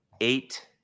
Eight